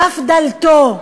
סף דלתו,